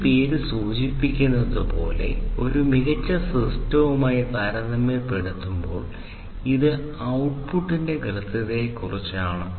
ഈ പേര് സൂചിപ്പിക്കുന്നത് പോലെ ഒരു മികച്ച സിസ്റ്റവുമായി താരതമ്യപ്പെടുത്തുമ്പോൾ ഇത് ഔട്ട്പുട്ടിന്റെ കൃത്യതയെക്കുറിച്ചാണ്